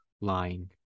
lying